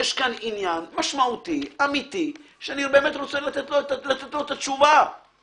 יש כאן עניין משמעותי ומהותי שאני באמת רוצה לתת לו מענה אמיתי.